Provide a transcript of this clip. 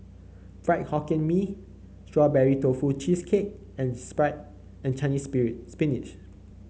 Fried Hokkien Mee Strawberry Tofu Cheesecake and Chinese Spinach